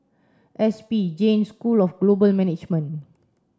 S P Jain School of Global Management